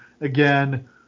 again